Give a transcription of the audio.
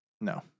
No